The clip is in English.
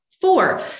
Four